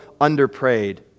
under-prayed